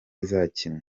izakinwa